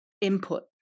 input